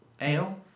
Ale